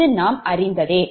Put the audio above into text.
இது நாம் அறிந்ததே